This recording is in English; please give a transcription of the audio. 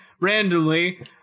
randomly